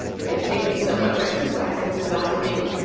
for he has taken so much exercise since his last meal.